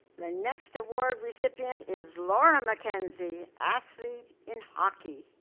the next award recipient is laura mackenzie, athlete in hockey.